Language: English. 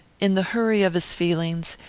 in the hurry of his feelings,